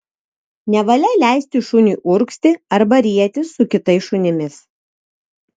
nevalia leisti šuniui urgzti arba rietis su kitais šunimis